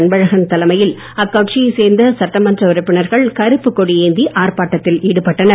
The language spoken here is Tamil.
அன்பழகன் தலைமையில் அக்கட்சியை சேர்ந்த சட்டமன்ற உறுப்பினர்கள் கறுப்பு கொடி ஏந்தி ஆர்ப்பாட்டத்தில் ஈடுபட்டனர்